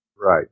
Right